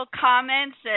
comments